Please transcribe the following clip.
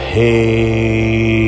Hey